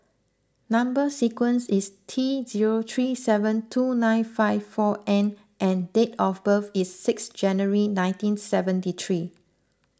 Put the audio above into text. Number Sequence is T zero three seven two nine five four N and date of birth is six January nineteen seventy three